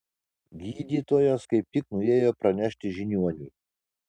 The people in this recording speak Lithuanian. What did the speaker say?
gydytojas kaip tik nuėjo pranešti žiniuoniui